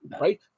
right